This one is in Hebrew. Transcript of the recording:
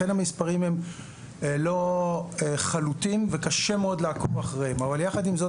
אכן המספרים לא חלוטים וקשה מאוד לעקוב אחריהם אבל יחד עם זאת